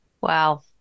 Wow